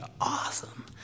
awesome